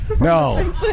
No